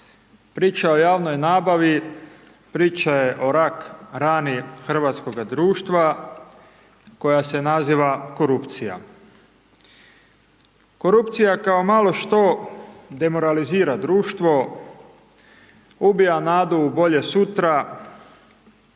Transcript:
priča o javnoj nabavi priča je o rak rani hrvatskoga društva koja se naziva korupcija. Korupcija kao malo što demoralizira društvo, ubija nadu u bolje sutra,